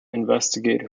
investigate